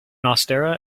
osteria